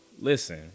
listen